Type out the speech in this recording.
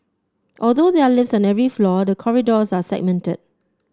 although there are lifts on every floor the corridors are segmented